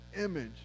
image